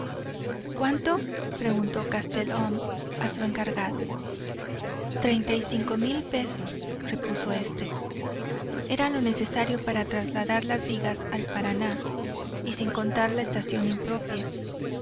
cuánto preguntó castelhum a su encargado treinticinco mil pesos repuso éste era lo necesario para trasladar las vigas al paraná y sin contar la estación impropia